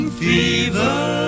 fever